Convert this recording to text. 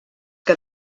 que